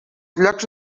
llocs